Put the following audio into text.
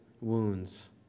wounds